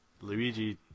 Luigi